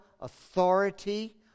authority